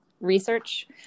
research